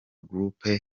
groupes